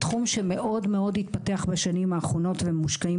תחום שמאוד מאוד התפתח בשנים האחרונות ומושקעים